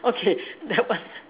okay that one